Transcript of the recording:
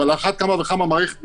אבל על אחת כמה וכמה מערכת מחשוב.